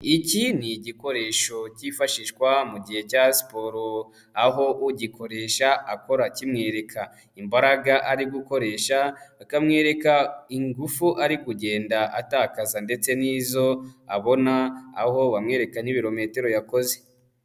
Iki ni igikoresho cyifashishwa mu gihe cya siporo, aho ugikoresha akora kimwereka imbaraga ari gukoresha, akamwereka ingufu ari kugenda atakaza ndetse n'izo abona, aho bamwereka n'ibirometero yakoze.